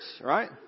right